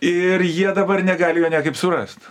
ir jie dabar negali jo niekaip surast